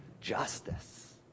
justice